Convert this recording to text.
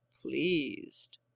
pleased